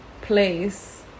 place